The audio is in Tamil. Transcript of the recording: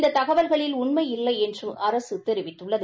இந்த தகவல்களில் உண்மை இல்லை என்று அரசு தெரிவித்துள்ளது